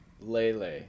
Lele